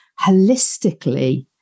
holistically